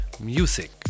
music